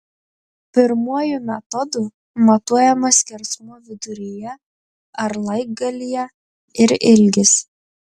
pirmuoju metodu matuojamas skersmuo viduryje ar laibgalyje ir ilgis